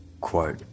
quote